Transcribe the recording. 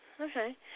okay